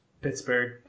Pittsburgh